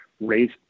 raise